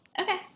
Okay